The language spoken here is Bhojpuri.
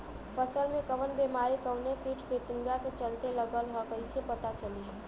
फसल में कवन बेमारी कवने कीट फतिंगा के चलते लगल ह कइसे पता चली?